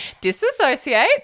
disassociate